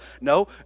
no